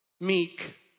Meek